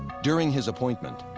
during his appointment,